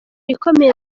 ikomeye